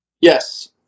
Yes